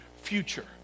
future